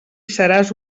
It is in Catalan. seràs